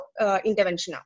interventional